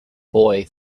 boy